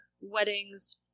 weddings